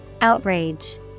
Outrage